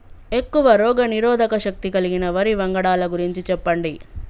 ఎక్కువ రోగనిరోధక శక్తి కలిగిన వరి వంగడాల గురించి చెప్పండి?